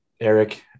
Eric